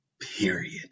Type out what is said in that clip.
period